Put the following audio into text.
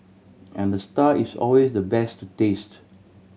and the star is always the best to taste